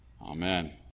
Amen